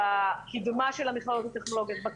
בקידומן של המכללות הטכנולוגיות גם